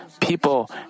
people